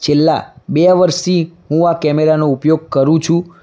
છેલા બે વર્ષથી હું આ કેમેરાનો ઉપયોગ કરું છું